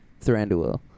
Thranduil